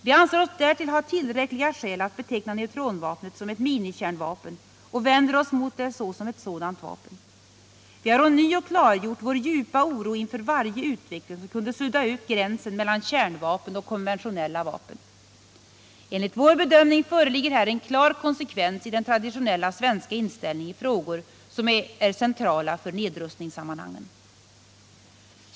Vi anser oss därtill ha tillräckliga skäl att beteckna neutronvapnet som ett minikärnvapen och vänder oss mot det såsom ett sådant vapen. Vi har ånyo klargjort vår djupa oro inför varje utveckling som kunde sudda ut gränsen mellan kärnvapen och konventionella vapen. Enligt vår bedömning föreligger här en klar konsekvens i den traditionella svenska inställningen i frågor som är centrala för nedrustningssammanhangen.